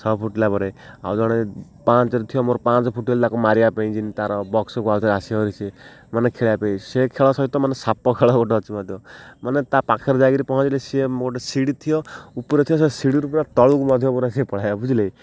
ଛଅ ଫୁଟିଲା ପରେ ଆଉ ଜଣେ ପାଞ୍ଚରେ ଥିବ ମୋର ପାଞ୍ଚରେ ହେଲେ ତାକୁ ମାରିବା ପାଇଁ ଯେନ୍ତି ତାର ବକ୍ସକୁ ଆଉଥରେ ଆସିବହେରି ସେ ମାନେ ଖେଳିବା ପାଇଁ ସେ ଖେଳ ସହିତ ମାନେ ସାପ ଖେଳ ଗୋଟେ ଅଛି ମଧ୍ୟ ମାନେ ତା' ପାଖରେ ଯାଇକିରି ପହଞ୍ଚିଲେ ସେ ମୋ ଗୋଟେ ସିଢ଼ି ଥିବ ଉପରେ ଥିବ ସେ ସିଢ଼ିରୁ ପୁରା ତଳକୁ ମଧ୍ୟ ପୁରା ସିଏ ପଳେଇବ ବୁଝିଲେ